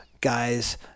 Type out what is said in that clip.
guys –